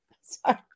Sorry